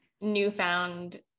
newfound